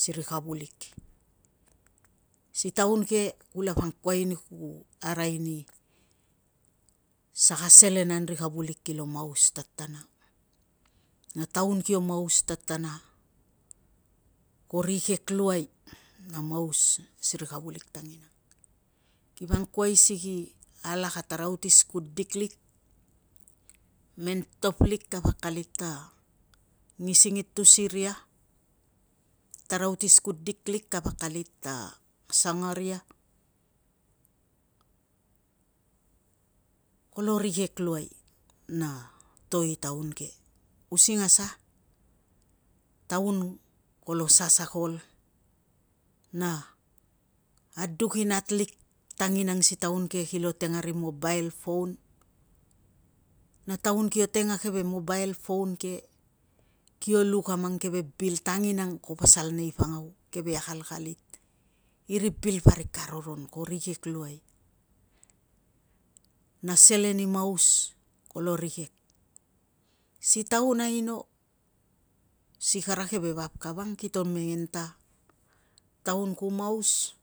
si ri kavulik. Si taun ke kulapa angkuai ni ku arai ni saka selen an na ri kavulik kilo maus tatana. Kipa angkuai si ki alak a tarausis kudik lik, men top lik kapa akalit ta nigsing i tus iria, tarausis kudik lik kapa akalit ta sangaria. Kolo rikek luuai na to i taun ke using a sa? Taun kolo sasakol na aduk i natlik tanginang si taun ke kilo teng a ri mobael phoun na taun kio teng a keve mobael poun ke kio luk a mang keve bil tanginang ko pasan nei pangau. Keve akalkalit i ri bil parik ka roron ko rikek luai, na selen i maus kolo rikek. Si taun aino si kara keve vap kavang kito mengen ta taun ku maus